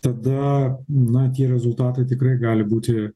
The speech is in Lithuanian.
tada na tie rezultatai tikrai gali būti